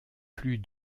plus